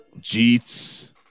Jeets